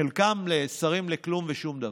חלקם שרים לכלום ושום דבר.